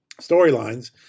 storylines